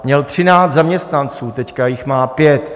Měl 13 zaměstnanců, teď jich má pět.